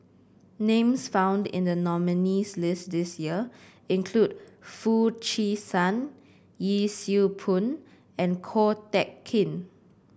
names found in the nominees' list this year include Foo Chee San Yee Siew Pun and Ko Teck Kin